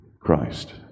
Christ